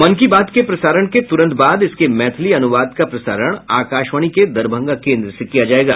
मन की बात के प्रसारण के तुरंत बाद इसके मैथिली अनुवाद का प्रसारण आकाशवाणी के दरभंगा केन्द्र से किया जायेगा